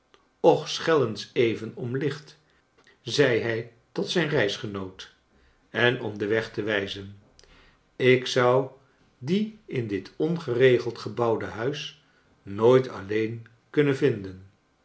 schel eens even om licht zei hij tot zijn reisgenoot en om den weg te wijzen ik zou dien in dit ongeregeld gebouwde huis nooit alleen kunnen vinden